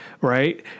right